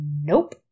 nope